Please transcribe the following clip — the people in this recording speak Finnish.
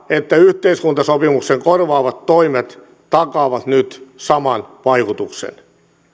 että yhteiskuntasopimuksen korvaavat toimet takaavat nyt saman vaikutuksen